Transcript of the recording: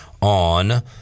on